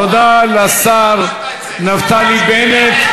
תודה לשר נפתלי בנט.